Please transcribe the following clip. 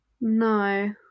no